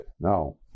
Now